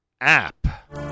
app